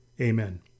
Amen